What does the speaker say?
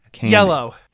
yellow